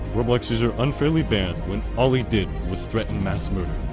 roblox user unfairly banned when all he did was threaten mass murder.